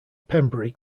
pembrey